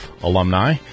alumni